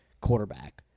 quarterback